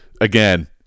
Again